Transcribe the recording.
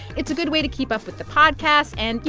it's a good way to keep up with the podcast and, you